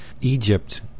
Egypt